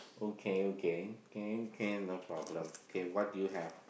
okay okay can can no problem okay what do you have